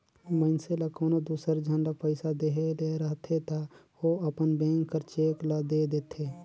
मइनसे ल कोनो दूसर झन ल पइसा देहे ले रहथे ता ओ अपन बेंक कर चेक ल दे देथे